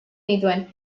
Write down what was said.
nituen